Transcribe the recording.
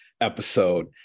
episode